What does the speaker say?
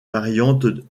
variantes